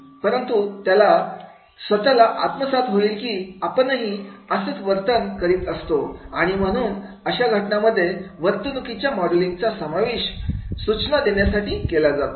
परंतु त्याला स्वतःला आत्मसात होईल की आपणही असंच वर्तणूक करीत असतो आणि म्हणून अशा घटनांमध्ये वर्तणुकीच्या मॉडेलिंगचा समावेश सूचना देण्यासाठी केला जातो